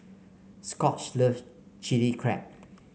Scot loves Chili Crab